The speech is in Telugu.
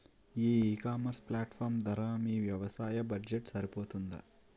ఈ ఇకామర్స్ ప్లాట్ఫారమ్ ధర మీ వ్యవసాయ బడ్జెట్ సరిపోతుందా?